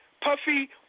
Puffy